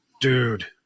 dude